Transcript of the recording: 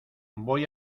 voy